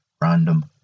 Random